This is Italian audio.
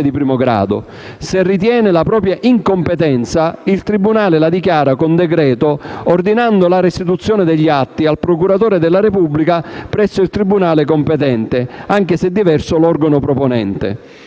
di primo grado. Se ritiene la propria incompetenza, il tribunale la dichiara con decreto ordinando la restituzione degli atti al procuratore della Repubblica presso il tribunale competente (anche se è diverso l'organo proponente).